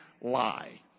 lie